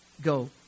Go